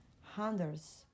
hundreds